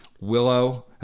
Willow